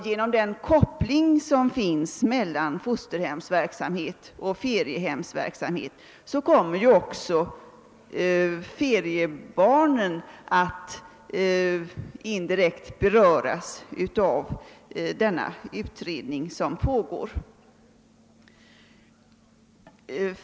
Genom kopplingen mellan fosterhemsverksamhet och feriehemsverksamhet kommer också feriebarnen att indirekt beröras av denna utredning.